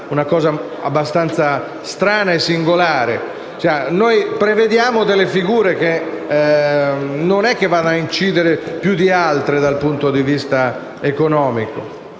una cosa abbastanza strana e singolare. Nell'emendamento si prevedono infatti delle figure che non vanno ad incidere più di altre dal punto di vista economico.